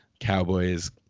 Cowboys